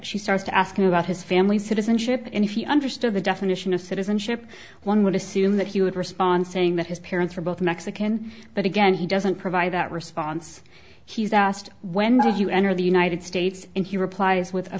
she starts to ask him about his family citizenship and if he understood the definition of citizenship one would assume that he would respond saying that his parents are both mexican but again he doesn't provide that response he's asked when did you enter the united states and he replies with